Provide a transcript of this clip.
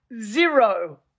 zero